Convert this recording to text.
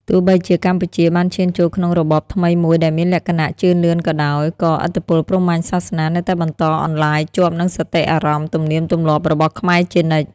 ទោះបីជាកម្ពុជាបានឈានចូលក្នុងរបបថ្មីមួយដែលមានលក្ខណៈជឿនលឿនក៏ដោយ ក៏ឥទ្ធិពលព្រហ្មញ្ញសាសនានៅតែបន្តអន្លាយជាប់នឹងសតិអារម្មណ៍ ទំនៀមទម្លាប់របស់ខ្មែរជានិច្ច។